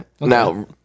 Now